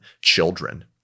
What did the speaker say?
children